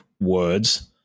words